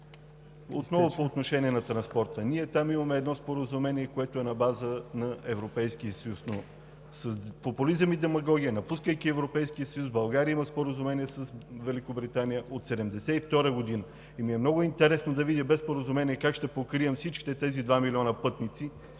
Отново по отношение на транспорта. Ние там имаме едно споразумение, което е на база на Европейския съюз, но с популизъм и демагогия, напускайки Европейския съюз, България има споразумение с Великобритания от 1972 г. Много ми е интересно да видя как без споразумение ще покрием всичките тези два милиона пътници